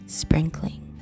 sprinkling